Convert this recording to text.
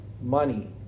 money